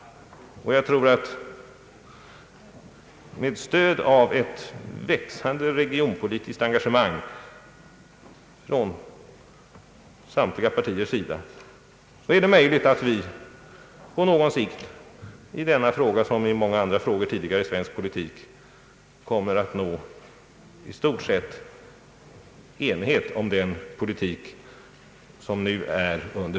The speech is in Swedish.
Med ett växande regionpolitiskt engagemang från samtliga partiers sida är det möjligt att vi på något längre sikt — liksom tidigare i så många andra frågor i svensk politik — kommer att nå i stort sett enighet om den näringspolitik som nu är under